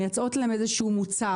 הם מייצאים להם איזה שהוא מוצר.